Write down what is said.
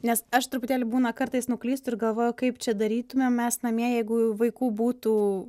nes aš truputėlį būna kartais nuklystu ir galvoju kaip čia darytumėm mes namie jeigu vaikų būtų